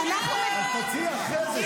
אז תציעי אחרי זה,